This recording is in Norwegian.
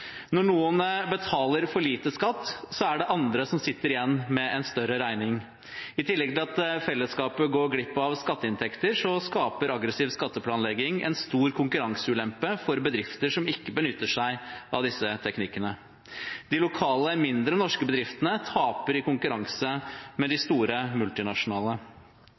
Når noen betaler for lite skatt, er det andre som sitter igjen med en større regning. I tillegg til at fellesskapet går glipp av skatteinntekter, skaper aggressiv skatteplanlegging en stor konkurranseulempe for bedrifter som ikke benytter seg av disse teknikkene. De lokale mindre norske bedriftene taper i konkurranse med de store multinasjonale.